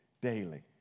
daily